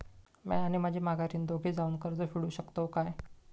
म्या आणि माझी माघारीन दोघे जावून कर्ज काढू शकताव काय?